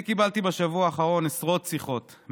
אני קיבלתי בשבוע האחרון עשרות שיחות,